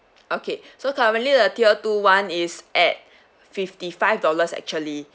okay so currently the tier two [one] is at fifty-five dollars actually